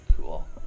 Cool